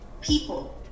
people